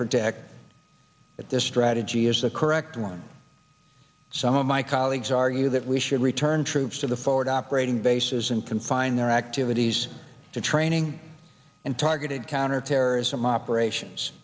protect at this strategy is the correct one some of my colleagues argue that we should return troops to the forward operating bases and can find their to these to training and targeted counterterrorism operations